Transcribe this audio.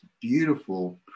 beautiful